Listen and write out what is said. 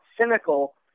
cynical